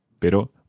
pero